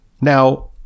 Now